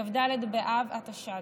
כ"ד באב התש"ד.